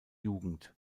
jugend